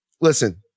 Listen